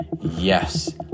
yes